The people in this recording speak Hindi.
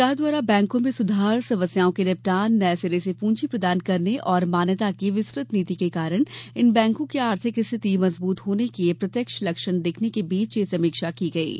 सरकार द्वारा बैंकों में सुधार समस्याओं के निपटान नए सिरे से पूंजी प्रदान करने और मान्यता की विस्तृत नीति के कारण इन बैंकों की आर्थिक स्थिति मजबूत होने के प्रत्यक्ष लक्षण दिखने के बीच यह समीक्षा की गई है